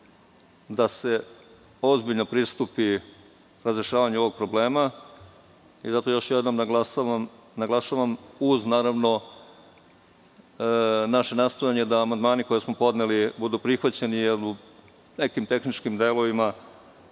da se ozbiljno pristupi razrešavanju ovog problema. Zato još jednom naglašavam, naravno, uz naše nastojanje da amandmani koje smo podneli budu prihvaćeni, jer u nekim tehničkim delovima